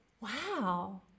wow